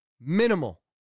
Minimal